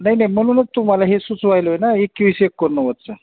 नाही नाही म्हणूनच तुम्हाला हे सुचवायलोय ना एकविस एकोण्णवदचा